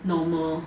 normal